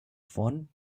font